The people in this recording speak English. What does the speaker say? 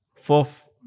Fourth